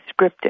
scripted